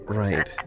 right